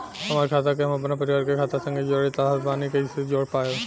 हमार खाता के हम अपना परिवार के खाता संगे जोड़े चाहत बानी त कईसे जोड़ पाएम?